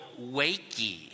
Wakey